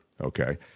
Okay